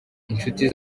inshuti